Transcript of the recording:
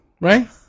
right